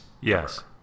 Yes